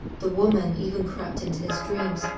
the woman even crept into his dreams,